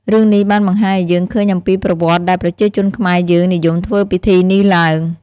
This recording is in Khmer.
រឿងនេះបានបង្ហាញអោយយើងឃើញអំពីប្រវត្តិដែលប្រជាជនខ្មែរយើងនិយមធ្វើពិធីនេះឡើង។